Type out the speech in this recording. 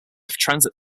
transit